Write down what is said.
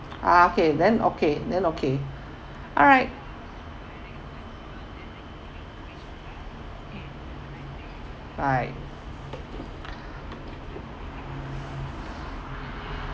okay then okay then okay alright bye